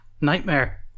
nightmare